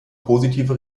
positive